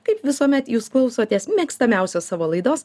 kaip visuomet jūs klausotės mėgstamiausios savo laidos